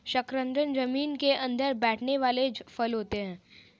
शकरकंद जमीन के अंदर बैठने वाला फल होता है